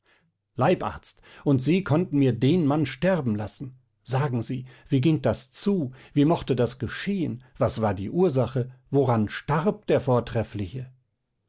leibarzt und sie konnten mir den mann sterben lassen sagen sie wie ging das zu wie mochte das geschehen was war die ursache woran starb der vortreffliche